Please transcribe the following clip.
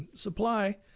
supply